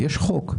יש חוק.